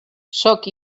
sóc